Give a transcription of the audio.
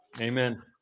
Amen